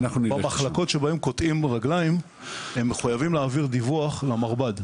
במחלקות שבהם קוטעים רגליים הם מחויבים להעביר דיווח למרב"ד,